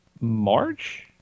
March